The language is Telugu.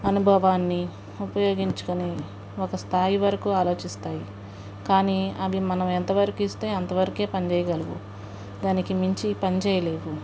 అనుభవాన్ని ఉపయోగించుకుని ఒక స్థాయి వరకు ఆలోచిస్తాయి కానీ అవి మనం ఎంతవరకు ఇస్తే అంతవరకు పని చేయగలవు దానికి మించి పని చేయలేదు